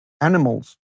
animals